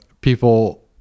people